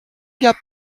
gap